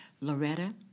Loretta